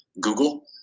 Google